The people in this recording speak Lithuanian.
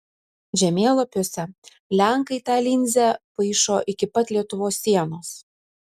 žemėlapiuose lenkai tą linzę paišo iki pat lietuvos sienos